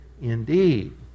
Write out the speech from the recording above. indeed